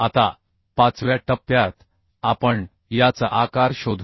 आता पाचव्या टप्प्यात आपण याचा आकार शोधू